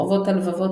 חובות הלבבות,